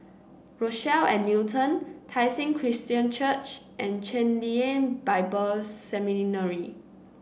Rochelle at Newton Tai Seng Christian Church and Chen Lien Bible Seminary